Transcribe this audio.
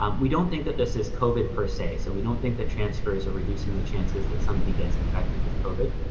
um we don't think that this is covid per se. so we don't think that transfers are reducing the chances that somebody gets infected with covid.